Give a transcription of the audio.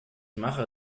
mache